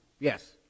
Yes